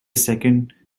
second